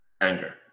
anger